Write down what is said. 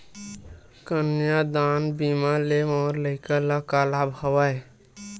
कन्यादान बीमा ले मोर लइका ल का लाभ हवय?